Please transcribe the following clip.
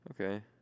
Okay